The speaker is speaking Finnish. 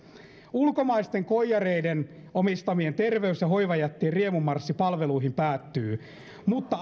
ulkomaisten koijareiden omistamien terveys ja hoivajättien riemumarssi palveluihin päättyy mutta